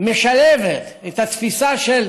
משלבת גם את התפיסה של